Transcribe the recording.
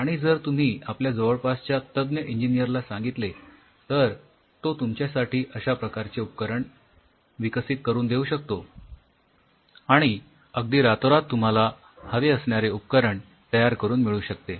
आणि जर तुम्ही आपल्या जवळपासच्या तज्ज्ञ इंजिनीयर ला सांगितले तर तो तुमच्यासाठी अश्या प्रकारचे उपकरण विकसित करून देऊ शकतो आणि अगदी रातोरात तुम्हाला हवे असणारे उपकरण तयार करून मिळू शकते